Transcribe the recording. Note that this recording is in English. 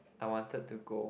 I wanted to go